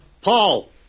Paul